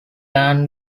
than